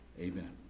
Amen